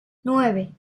nueve